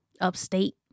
upstate